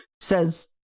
says